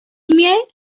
mail